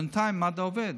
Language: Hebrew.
בינתיים מד"א עובד,